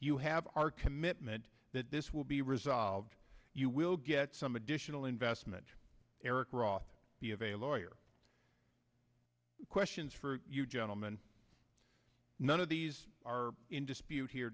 you have our commitment that this will be resolved you will get some additional investment eric roth b of a lawyer questions for you gentlemen none of these are in dispute here